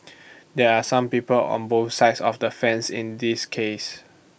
there are some people on both sides of the fence in this case